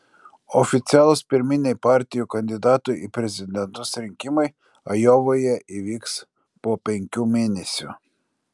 oficialūs pirminiai partijų kandidatų į prezidentus rinkimai ajovoje įvyks po penkių mėnesių